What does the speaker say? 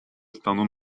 stanu